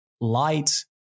light